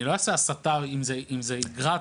אני לא אעשה הסטה אם זה --- לא,